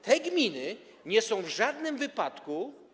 Te gminy nie są w żadnym wypadku.